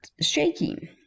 shaking